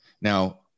Now